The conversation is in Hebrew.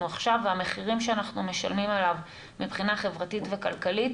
עכשיו והמחירים שאנחנו משלמים עליו מבחינה חברתית וכלכלית